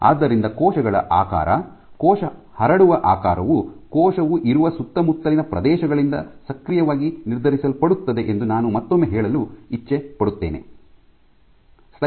ಆದ್ದರಿಂದ ಕೋಶಗಳ ಆಕಾರ ಕೋಶದ ಹರಡುವ ಆಕಾರವು ಕೋಶವು ಇರುವ ಸುತ್ತಮುತ್ತಲಿನ ಪ್ರದೇಶಗಳಿಂದ ಸಕ್ರಿಯವಾಗಿ ನಿರ್ಧರಿಸಲ್ಪಡುತ್ತದೆ ಎಂದು ನಾನು ಮತ್ತೊಮ್ಮೆ ಹೇಳಲು ಇಷ್ಟಪಡುತ್ತೇನೆ